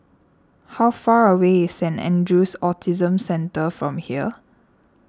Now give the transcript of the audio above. how far away is Saint andrew's Autism Centre from here